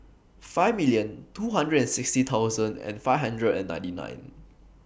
five million two hundred and sixty thousand and five hundred and ninety nine